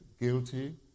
guilty